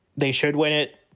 they should win it.